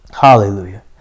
Hallelujah